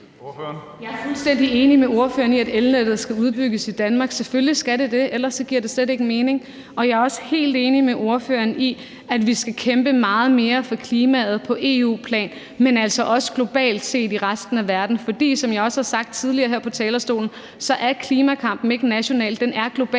Jeg er fuldstændig enig med ordføreren i, at elnettet skal udbygges i Danmark – selvfølgelig skal det det – ellers giver det slet ikke mening. Og jeg er også helt enig med ordføreren i, at vi skal kæmpe meget mere for klimaet på EU-plan, men altså også globalt set i resten af verden, for som jeg også har sagt tidligere her på talerstolen, er klimakampen ikke national, den er global,